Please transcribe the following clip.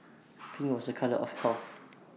pink was A colour of health